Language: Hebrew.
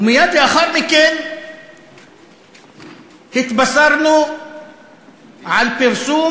ומייד לאחר מכן התבשרנו על פרסום